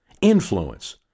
Influence